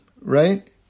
right